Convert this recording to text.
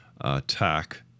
attack